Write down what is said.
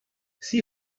see